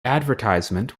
advertisement